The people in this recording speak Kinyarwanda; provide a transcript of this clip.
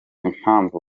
impamvu